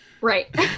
Right